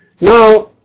Now